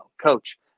Coach